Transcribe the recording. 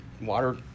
water